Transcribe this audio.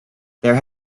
there